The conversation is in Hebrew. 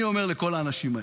אני אומר לכל האנשים האלה: